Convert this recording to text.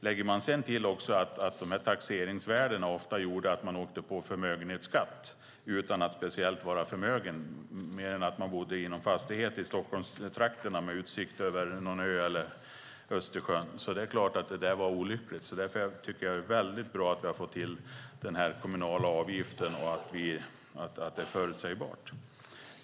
Man kan lägga till att dessa taxeringsvärden ofta gjorde att man även åkte på förmögenhetsskatt utan att vara speciellt förmögen, mer än att man bodde i någon fastighet i Stockholmstrakten med utsikt över någon ö eller Östersjön. Det är klart att det där var olyckligt. Därför tycker jag att det är väldigt bra att vi har fått till den kommunala avgiften och att det är förutsägbart.